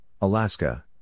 Alaska